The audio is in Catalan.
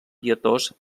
pietós